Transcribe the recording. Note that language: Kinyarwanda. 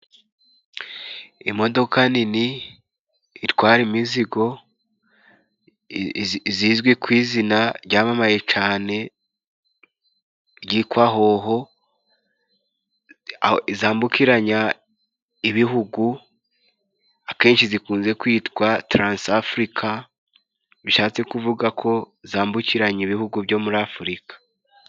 Imodoka nini itwara imizigo, zizwi ku izina ryamamaye cane ryitwa Hoho, zambukiranya ibihugu akenshi zikunze kwitwa taransafurica, bishatse kuvuga ko zambukiranya ibihugu byo muri Afurika.